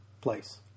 place